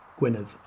Gwyneth